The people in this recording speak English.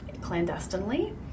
clandestinely